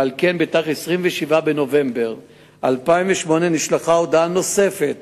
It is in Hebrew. ועל כן בתאריך 27 בנובמבר 2008 נשלחה הודעה נוספת